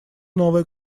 новая